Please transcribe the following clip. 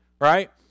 right